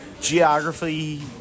geography